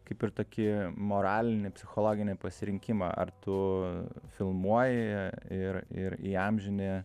kaip ir tokį moralinį psichologinį pasirinkimą ar tu filmuoji ir ir įamžini